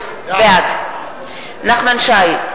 בעד נחמן שי,